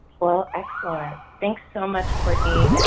well excellent! thanks so much cortney.